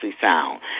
sound